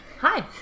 Hi